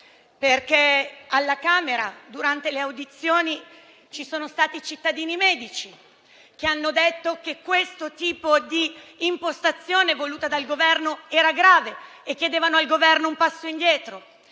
perché alla Camera, durante le audizioni, alcuni cittadini medici hanno detto che il tipo di impostazione voluta dal Governo era grave e hanno chiesto al Governo un passo indietro.